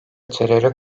teröre